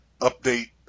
update